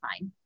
fine